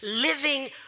living